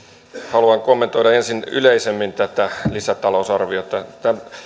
haluan kommentoida ensin yleisemmin tätä lisätalousarviota